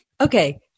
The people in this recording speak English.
Okay